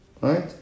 Right